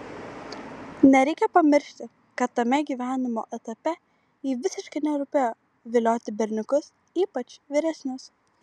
nereikia pamiršti kad tame gyvenimo etape jai visiškai nerūpėjo vilioti berniukus ypač vyresnius